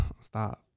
stop